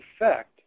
effect